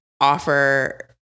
offer